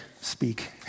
speak